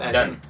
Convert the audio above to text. Done